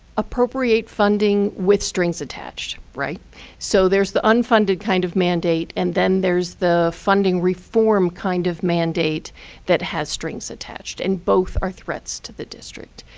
appropriate funding with strings attached. so there's the unfunded kind of mandate, and then there's the funding reform kind of mandate that has strings attached. and both are threats to the district.